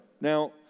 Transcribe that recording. Now